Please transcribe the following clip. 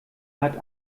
hat